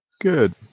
Good